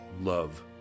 love